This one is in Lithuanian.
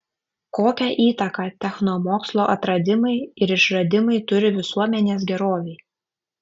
kokią įtaką technomokslo atradimai ir išradimai turi visuomenės gerovei